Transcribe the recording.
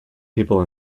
people